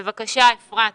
בבקשה, אפרת.